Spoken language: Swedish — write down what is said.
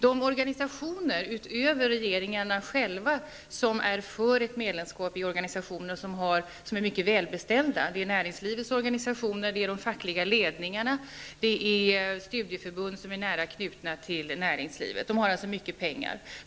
De organisationer utöver regeringarna själva som är för ett medlemskap är organisationer som är mycket välbeställda. Det är näringslivets organisationer, de fackliga ledningarna och studieförbund som är nära knutna till näringslivet och som alltså har mycket pengar.